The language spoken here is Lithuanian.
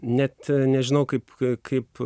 net nežinau kaip kai kaip